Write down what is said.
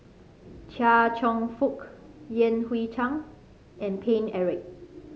Chia Cheong Fook Yan Hui Chang and Paine Eric